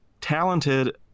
talented